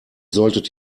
solltet